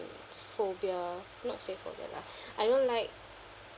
phobia not say phobia lah I don't like